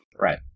Right